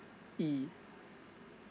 E